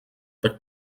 but